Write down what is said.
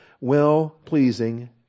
well-pleasing